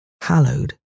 hallowed